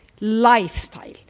lifestyle